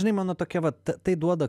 žinai mano tokia vat tai duoda